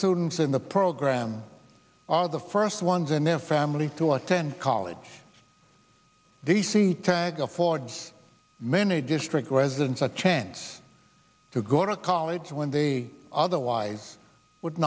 students in the program are the first ones in their family to attend college d c tag affords many district residents a chance to go to college when they otherwise would